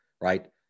right